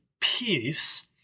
peace